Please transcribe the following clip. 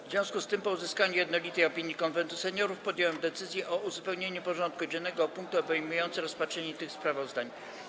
W związku z tym, po uzyskaniu jednolitej opinii Konwentu Seniorów, podjąłem decyzję o uzupełnieniu porządku dziennego o punkty obejmujące rozpatrzenie tych sprawozdań.